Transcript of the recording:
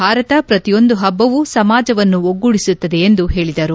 ಭಾರತ ಪ್ರತಿಯೊಂದು ಹಬ್ಲವು ಸಮಾಜವನ್ನು ಒಗ್ಗೂಡಿಸುತ್ತದೆ ಎಂದು ಹೇಳಿದರು